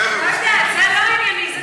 חבר'ה, זה לא ענייני.